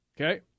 Okay